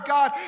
God